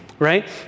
right